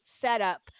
setup